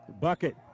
bucket